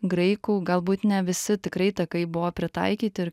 graikų galbūt ne visi tikrai takai buvo pritaikyti